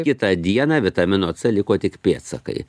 kitą dieną vitamino c liko tik pėdsakai